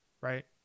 right